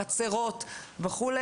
חצרות וכו',